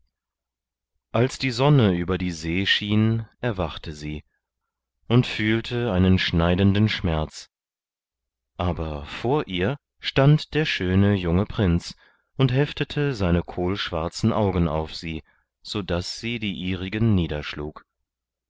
als die sonne über die see schien erwachte sie und fühlte einen schneiden den schmerz aber vor ihr stand der schöne junge prinz und heftete seine kohlschwarzen augen auf sie sodaß sie die ihrigen niederschlug